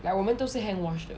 ya 我们都是 hand wash 的